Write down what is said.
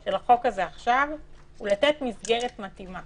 של החוק הזה עכשיו היא לתת מסגרת מתאימה